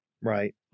Right